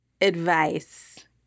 advice